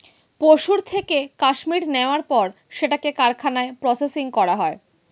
পশুর থেকে কাশ্মীর নেয়ার পর সেটাকে কারখানায় প্রসেসিং করা হয়